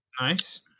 Nice